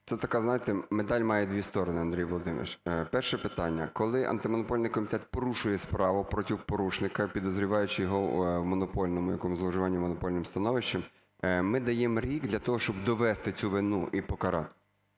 це така, знаєте, медаль має дві сторони, Андрію Володимировичу. Перше питання, коли Антимонопольний комітет порушує справу проти порушника, підозріваючи його в монопольному якомусь зловживанні, монопольним становищем, ми даємо рік для того, щоб довести цю вину і покарати.